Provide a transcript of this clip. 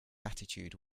attitude